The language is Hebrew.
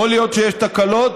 יכול להיות שיש תקלות,